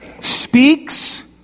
speaks